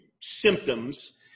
symptoms